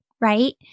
right